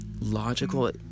logical